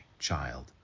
child